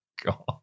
god